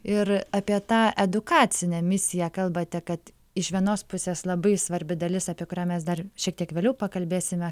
ir apie tą edukacinę misiją kalbate kad iš vienos pusės labai svarbi dalis apie kurią mes dar šiek tiek vėliau pakalbėsime